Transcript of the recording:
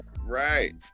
Right